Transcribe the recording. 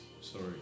sorry